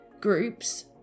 groups